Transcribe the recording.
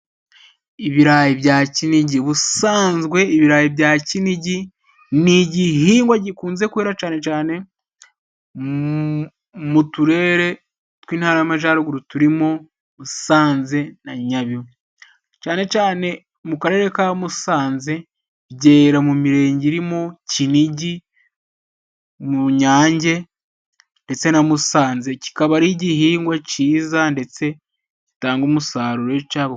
Ibirayi bya kinigi, ubusanzwe ibirayi bya kinigi ni igihingwa gikunze kwera canecane mu turere tw'intara y'amajaruguru, turimo Musanze na Nyabihu canecane mu karere Musanze byera mu mirenge irimo, Kinigi, mu Nyange ndetse na Musanze, kikaba ari igihingwa cyiza ndetse gitanga umusaruro.